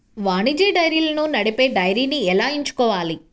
వాణిజ్య డైరీలను నడిపే డైరీని ఎలా ఎంచుకోవాలి?